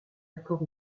accord